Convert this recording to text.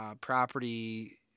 property